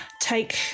take